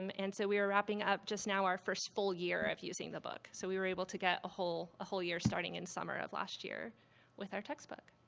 um and so we were wrapping up just now our first full year of using the book. so we were able to get a whole whole year starting in summer of last year with our textbook.